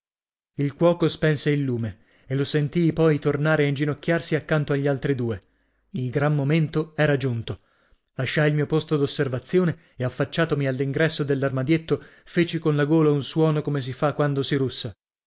il cuoco spense il lume e io sentii poi tornare a inginocchiarsi accanto agli altri due il gran momento era giunto lasciai il mio posto dosservazione e affacciatomi all'ingresso dell'armadietto feci con la gola un suono come si fa quando si russa